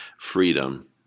freedom